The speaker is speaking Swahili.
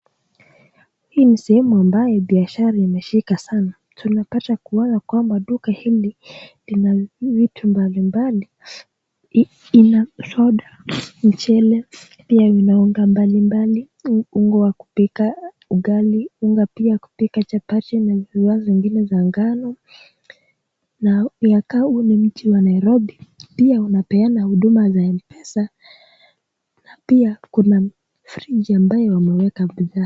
Hii ni sehemu ambao biashara imeshika sana. Tumepata kuona kwamba duka hili lina vitu mbalimbali. Ina soda, mchele, pia na unga mbalimbali, unga wa kupika ugali, unga pia kupika chapati na vinywaji vingine vya ngano. Makao ni mji wa Nairobi. Pia unapeana huduma za Mpesa na pia kuna friji ambayo wameweka bidhaa.